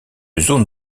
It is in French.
zone